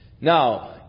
Now